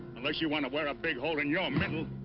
unless you want to wear a big hole in your middle.